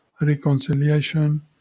reconciliation